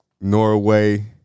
Norway